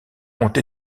ont